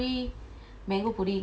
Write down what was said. truffle fries